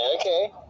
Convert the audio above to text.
Okay